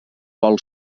vol